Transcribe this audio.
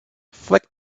flick